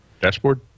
Dashboard